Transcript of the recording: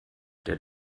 der